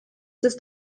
ist